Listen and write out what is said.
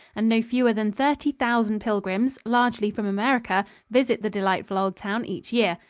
and no fewer than thirty thousand pilgrims, largely from america, visit the delightful old town each year.